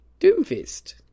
Doomfist